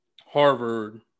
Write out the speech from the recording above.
Harvard